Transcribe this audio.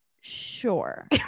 sure